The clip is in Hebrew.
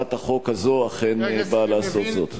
והצעת החוק הזאת אכן באה לעשות זאת.